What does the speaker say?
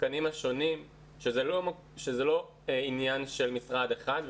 השחקנים השונים, שזה לא עניין של משרד אחד.